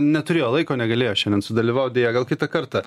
neturėjo laiko negalėjo šiandien sudalyvaut deja gal kitą kartą